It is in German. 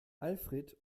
alfred